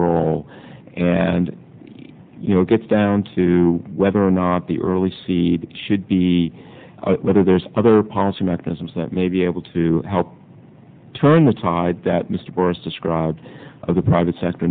role and you know it gets down to whether or not the early see should be whether there's other policy mechanisms that may be able to help turn the tide that mr morris described of the private sector